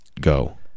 Go